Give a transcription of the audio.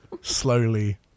slowly